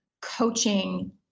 coaching